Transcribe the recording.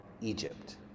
egypt